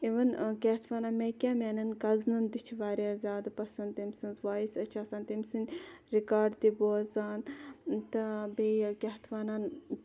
اِوٕن کیاہ یَتھ وَنان مےٚ کیاہ میانٮ۪ن کَزنَن تہِ چھِ واریاہ زیادٕ پَسَنٛد تٔمۍ سٕنٛز ووٚیِس أسۍ چھِ آسان تٔمۍ سٕنٛدۍ رِکاڈ تہِ بوزان تہٕ بییٚہِ کیاہ اتھ وَنان